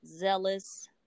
zealous